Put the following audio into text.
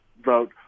vote